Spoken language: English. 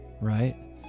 right